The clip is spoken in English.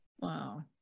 Wow